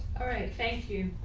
all right, thank you.